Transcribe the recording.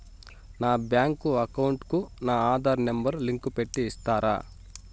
నా bank account కు నా ఆధార్ నెంబర్ లింకు పెట్టి ఇస్తారా?